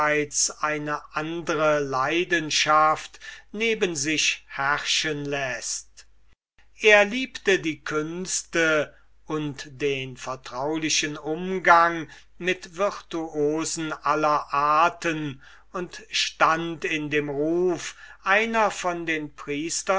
eine andre leidenschaft neben sich herrschen läßt er liebte die künste und den vertraulichen umgang mit virtuosen aller arten und stund in dem ruf einer von den priestern